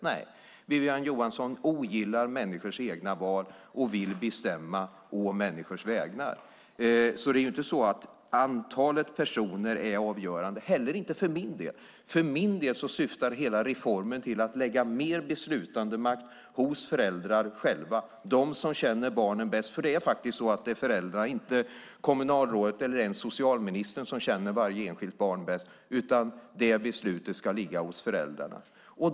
Nej, Wiwi-Anne Johansson ogillar människors egna val och vill bestämma å människors vägnar. Det är alltså inte så att antalet personer är avgörande. Det är det inte för min del heller. För min del syftar hela reformen till att lägga mer beslutandemakt hos föräldrarna själva, de som känner barnen bäst. Det är faktiskt föräldrarna och inte kommunalrådet eller ens socialministern som känner varje enskilt barn bäst, och det beslutet ska ligga hos föräldrarna.